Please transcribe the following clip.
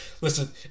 listen